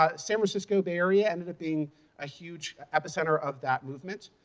ah san francisco bay area ended up being a huge epicenter of that movement.